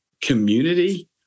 community